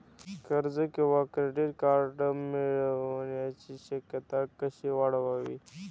कर्ज किंवा credit card मिळण्याची शक्यता कशी वाढवावी?